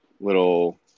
little